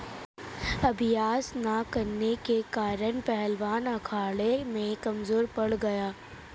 अभ्यास न करने के कारण पहलवान अखाड़े में कमजोर पड़ गया